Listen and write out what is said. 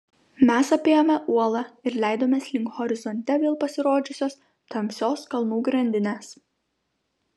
mes apėjome uolą ir leidomės link horizonte vėl pasirodžiusios tamsios kalnų grandinės